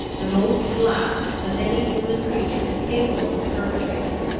the most black that any human creature is capable of perpetrating.